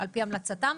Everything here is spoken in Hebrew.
מאוד חשוב.